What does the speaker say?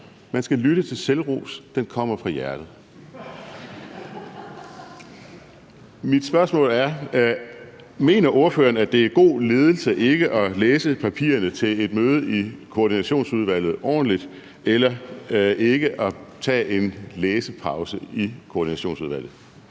Man skal lytte til selvros; den kommer fra hjertet. (Munterhed). Mit spørgsmål er: Mener ordføreren, at det er god ledelse ikke at læse papirerne til et møde i Koordinationsudvalget ordentligt eller ikke at tage en læsepause i Koordinationsudvalget?